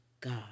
God